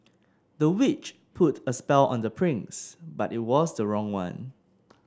the witch put a spell on the prince but it was the wrong one